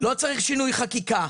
לא צריך שינוי חקיקה.